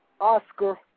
Oscar